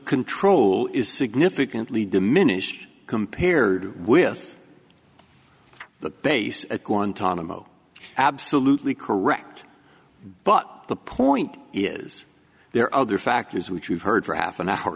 control is significantly diminished compared with the base at guantanamo absolutely correct but the point is there are other factors which we've heard for half an hour